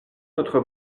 notre